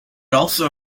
also